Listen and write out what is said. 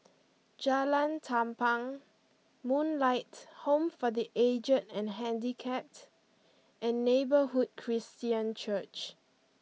Jalan Tampang Moonlight Home for the Aged and Handicapped and Neighbourhood Christian Church